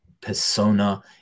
persona